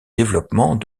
développement